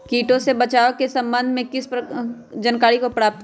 किटो से बचाव के सम्वन्ध में किसी जानकारी प्राप्त करें?